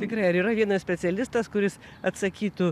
tikrai ar yra vienas specialistas kuris atsakytų